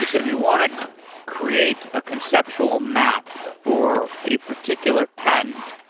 if you want to create a conceptual map for a particular patent,